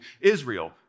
Israel